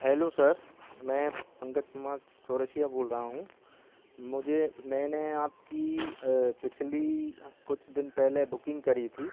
hello sir मैं पंकज कुमार चौरसिया बोल रहा हूँ मुझे मैंने आपकी पिछले कुछ दिन पहले बुकिंग करी थी